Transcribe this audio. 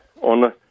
on